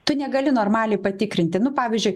tu negali normaliai patikrinti nu pavyzdžiui